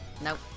Nope